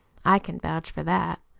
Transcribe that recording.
i can vouch for that.